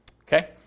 Okay